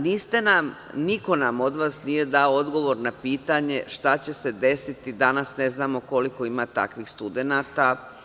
Niste nam, niko nam od vas nije dao odgovor na pitanje, šta će se desiti, danas ne znamo koliko ima takvih studenata.